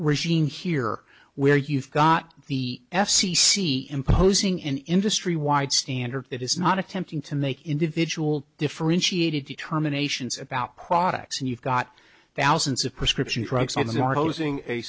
regime here where you've got the f c c imposing an industry wide standard that is not attempting to make individual differentiated determinations about products and you've got thousands of prescription drugs out there hosing a